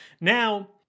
now